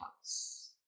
house